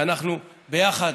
שאנחנו ביחד,